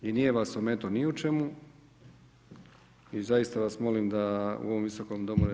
I nije vas ometao ni u čemu i zaista vas molim da u ovom Visokom domu ne